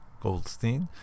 Goldstein